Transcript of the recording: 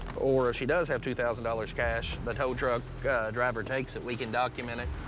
or if she does have two thousand dollars cash, the tow truck driver takes it, we can document it.